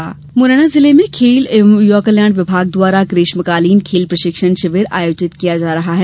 ग्रीष्मकालीन खेल मुरैना जिले में खेल और युवा कल्याण विभाग द्वारा ग्रीष्मकालीन खेल प्रशिक्षण शिविर आयोजित किया जा रहा है